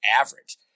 average